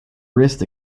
wrist